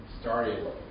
started